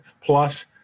plus